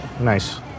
Nice